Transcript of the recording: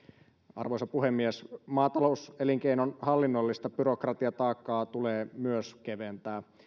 arvoisa puhemies maatalouselinkeinon hallinnollista byrokratiataakkaa tulee myös keventää